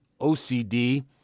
OCD